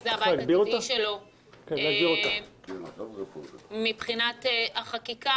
שזה הבית הטבעי שלו מבחינת החקיקה.